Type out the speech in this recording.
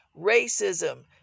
racism